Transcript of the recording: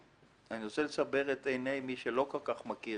אני רוצה לסבר את עיני מי שלא כל כך מכיר